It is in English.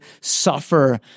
suffer